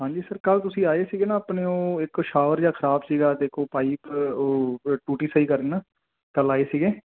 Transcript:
ਹਾਂਜੀ ਸਰ ਕੱਲ ਤੁਸੀਂ ਆਏ ਸੀ ਨਾ ਆਪਣੇ ਉਹ ਇੱਕ ਸ਼ਾਵਰ ਜਾਂ ਖਰਾਬ ਸੀਗਾ ਦੇਖੋ ਭਾਈ ਉਹ ਟੂਟੀ ਸਹੀ ਕਰਨ ਨਾ ਚਲ ਆਏ ਸੀਗੇ